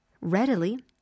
readily